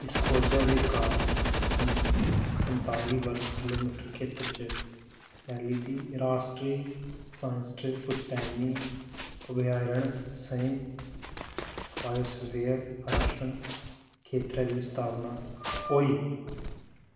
इस खोजै दे कारण संत संताली वर्ग किल्लो मीटर खेतर च फैली दी राश्ट्री सांइट्रस पुश्तैनी अभयारण्य सैह बायोस्फीयर आरक्षण खेतरै दी स्थापना होई